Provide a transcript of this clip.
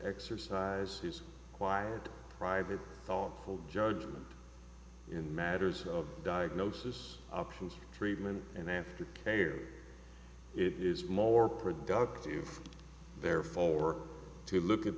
exercise his quiet private thoughtful judgement in matters of diagnosis options treatment and then it is more productive therefore to look at